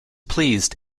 pleased